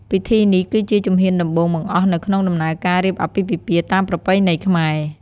ពិធីនេះគឺជាជំហានដំបូងបង្អស់នៅក្នុងដំណើរការរៀបអាពាហ៍ពិពាហ៍តាមប្រពៃណីខ្មែរ ។